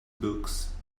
books